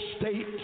state